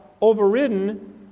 overridden